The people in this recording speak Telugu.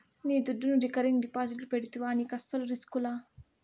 నీ దుడ్డును రికరింగ్ డిపాజిట్లు పెడితివా నీకస్సలు రిస్కులా